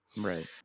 Right